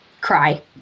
cry